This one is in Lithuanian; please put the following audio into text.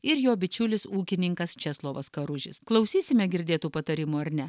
ir jo bičiulis ūkininkas česlovas karužis klausysime girdėtų patarimų ar ne